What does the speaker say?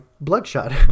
Bloodshot